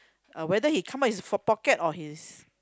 uh whether he come out is from pocket or his